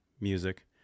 music